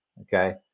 Okay